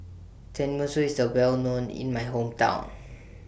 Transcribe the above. Tenmusu IS A Well known in My Hometown